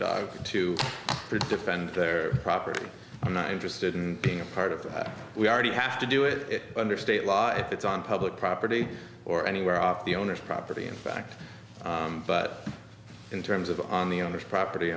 dogs to defend their property i'm not interested in being a part of that we already have to do it under state law if it's on public property or anywhere off the owner's property in fact but in terms of on the owners property